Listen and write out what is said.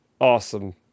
awesome